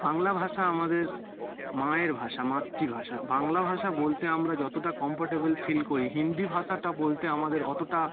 বাংলা ভাষা আমাদের মায়ের ভাষা মাতৃভাষা বাংলা ভাষা বলতে আমরা যতটা কম্ফোর্টেবেল ফিল করি হিন্দি ভাষাটা বলতে আমাদের অতটা